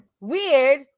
weird